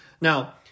now